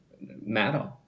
matter